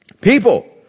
people